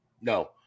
No